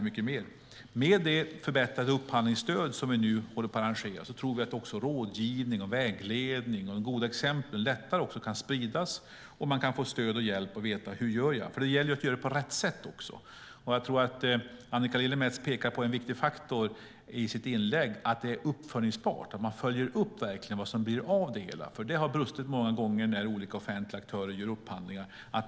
Med det förbättrade upphandlingsstöd som vi nu håller på och arrangerar tror vi att också rådgivning, vägledning och goda exempel kan spridas lättare och att man kan få stöd och hjälp för att veta hur man ska göra. Det gäller att göra det på rätt sätt. Annika Lillemets pekar i sitt inlägg på en viktig faktor, nämligen att det är uppföljningsbart och att man verkligen följer upp vad det blir av det hela. Det har nämligen brustit många gånger när olika offentliga aktörer gör upphandlingar.